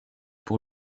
pour